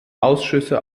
ausschüsse